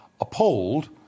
appalled